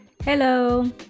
Hello